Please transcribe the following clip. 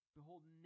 Behold